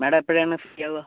madam എപ്പോഴാണ് ഒന്ന് free ആവുക